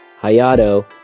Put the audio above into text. Hayato